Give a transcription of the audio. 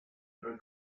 are